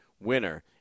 winner